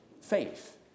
faith